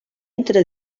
entre